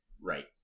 right